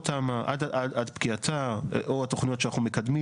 או תמ"א עד פקיעתה או התוכניות שאנחנו מקדמים